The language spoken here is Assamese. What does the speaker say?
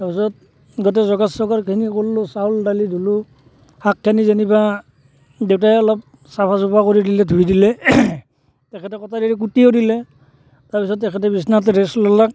তাৰপাছত গোটেই যোগাৰ চোগাৰখিনি কৰিলোঁ চাউল দালি ধুলোঁ শাকখিনি যেনিবা দেউতাই অলপ চাফা চুফা কৰি দিলে ধুই দিলে তেখেতে কটাৰীৰে কুটিও দিলে তাৰপিছত তেখেতে বিছনাত ৰেষ্ট ল'লে